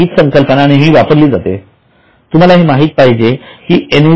हीच संकल्पना नेहमी वापरली जाते तुम्हाला हे माहित पाहिजे कि एन